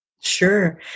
Sure